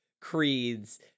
Creeds